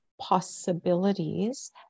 possibilities